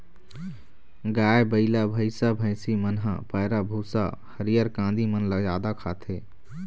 गाय, बइला, भइसा, भइसी मन ह पैरा, भूसा, हरियर कांदी मन ल जादा खाथे